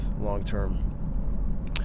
long-term